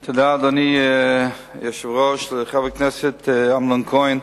תודה, אדוני היושב-ראש, חבר הכנסת אמנון כהן,